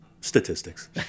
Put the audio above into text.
Statistics